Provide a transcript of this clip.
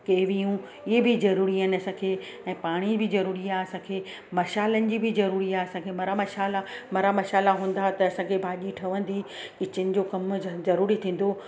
केवियूं इहे बि ज़रूरी आहिनि असांखे ऐं पाणी बि ज़रूरी आहे असांखे मशालनि जी बि ज़रूरी आहे असांखे मरा मशाला मरा मशाला हूंदा हा त असांखे भाॼी ठहंदी किचिन जो कमु ज़रूरी थींदो